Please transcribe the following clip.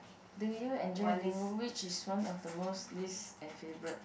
do you enjoy which is one of the most least and favourite